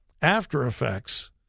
after-effects